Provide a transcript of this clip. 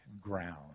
ground